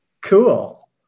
cool